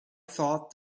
thought